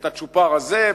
את הצ'ופר הזה,